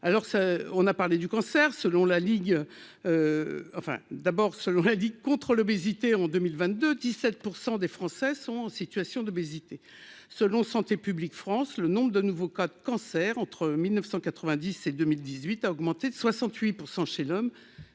la Ligue, enfin d'abord seuls aurait dit contre l'obésité en 2022 17 % des Français sont en situation d'obésité, selon Santé publique France, le nombre de nouveaux cas de cancers entre 1990 et 2018 a augmenté de 68 % chez l'homme